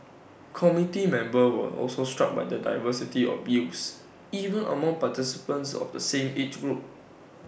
committee members were also struck by the diversity of views even among participants of the same age group